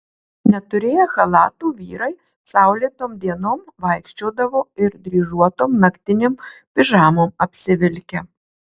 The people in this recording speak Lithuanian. neturėję chalatų vyrai saulėtom dienom vaikščiodavo ir dryžuotom naktinėm pižamom apsivilkę